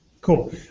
Cool